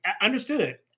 understood